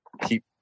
keep